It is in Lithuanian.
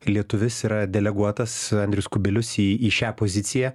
lietuvis yra deleguotas andrius kubilius į į šią poziciją